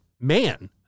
man